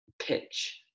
pitch